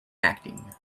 acting